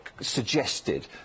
suggested